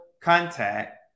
contact